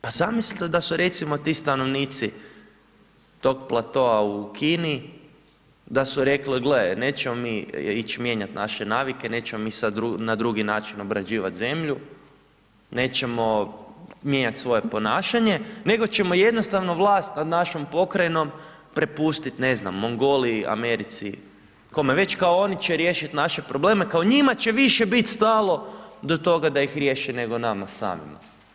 Pa zamislite da su recimo ti stanovnici, tog platoa u Kini, da su rekli gle, nećemo mi ići mijenjati naše navike, nećemo mi sad na drugi način obrađivati zemlju, nećemo mijenjati svoje ponašanje nego ćemo jednostavno vlast nad našom pokrajinom prepustiti, ne znam Mongoliji, Americi, kome već kao oni će riješiti naše probleme, kao njima će više biti stalo do toga da ih riješe nego nama samima.